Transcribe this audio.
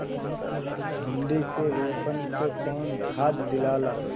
भिंदी के रोपन मे कौन खाद दियाला?